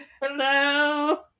hello